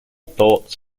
thoughts